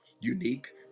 Unique